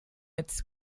its